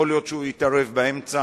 יכול להיות שהוא יתערב באמצע,